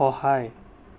সহায়